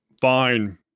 Fine